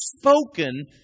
spoken